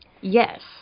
Yes